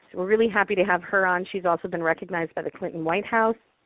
we're really happy to have her on. she has also been recognized by the clinton white house,